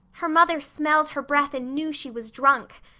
her mother smelled her breath and knew she was drunk.